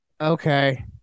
Okay